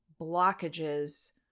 blockages